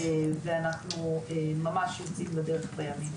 ואנחנו ממש יוצאים לדרך בימים אלו.